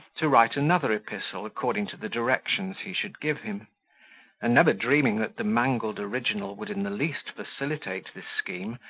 to write another epistle according to the directions he should give him and never dreaming that the mangled original would in the least facilitate this scheme,